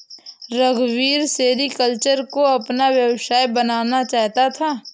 रघुवीर सेरीकल्चर को अपना व्यवसाय बनाना चाहता है